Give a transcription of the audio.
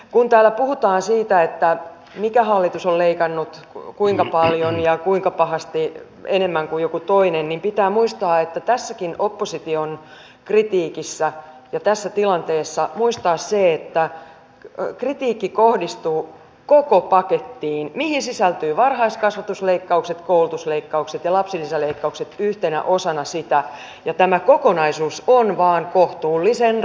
kun täällä puhutaan siitä mikä hallitus on leikannut ja kuinka paljon ja kuinka pahasti enemmän kuin joku toinen niin pitää tässäkin opposition kritiikissä ja tässä tilanteessa muistaa se että kritiikki kohdistuu koko pakettiin johon sisältyvät varhaiskasvatusleikkaukset koulutusleikkaukset ja lapsilisäleikkaukset yhtenä osana sitä ja tämä kokonaisuus vain on kohtuullisen rankka